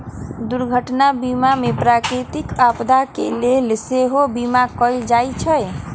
दुर्घटना बीमा में प्राकृतिक आपदा के लेल सेहो बिमा कएल जाइ छइ